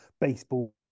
baseball